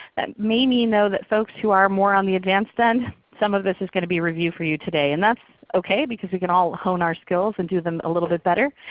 that may mean though that folks who are more on the advanced end some of this is going to be review for you today. and that's okay because we can all hone our skills and do them a little bit better.